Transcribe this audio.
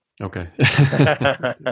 Okay